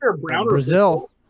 Brazil